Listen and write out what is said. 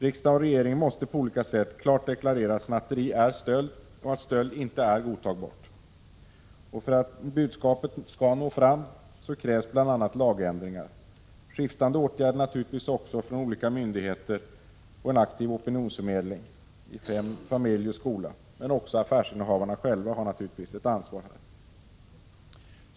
Riksdag och regering måste på olika sätt klart deklarera att snatteri är stöld och att stöld inte är godtagbart. För att budskapet skall nå fram krävs bl.a. lagändringar, skiftande åtgärder från olika myndigheter och en aktiv opinionsförmedling i familj och skola. Även affärsinnehavarna själva har naturligtvis ett ansvar.